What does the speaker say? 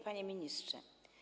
Panie Ministrze!